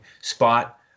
spot